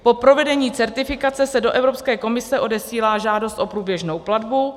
Po provedení certifikace se do Evropské komise odesílá žádost o průběžnou platbu.